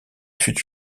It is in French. fut